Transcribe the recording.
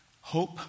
Hope